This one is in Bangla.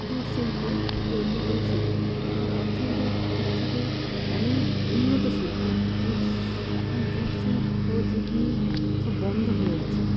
জুট শিল্প একটি অন্যতম শিল্প এবং অর্থনৈতিক দিক থেকে অনুন্নত উন্নত শিল্প জুটস এখন জুট শিল্প জুট মিল সব বন্ধ হয়ে গেছে